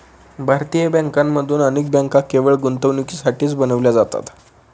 भारतीय बँकांमधून अनेक बँका केवळ गुंतवणुकीसाठीच बनविल्या जातात